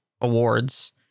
awards